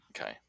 okay